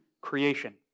creation